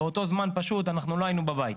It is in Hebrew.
באותו זמן פשוט אנחנו לא היינו בבית.